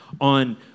on